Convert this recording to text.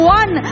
one